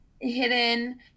hidden